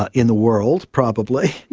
ah in the world probably,